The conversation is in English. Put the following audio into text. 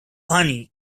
honey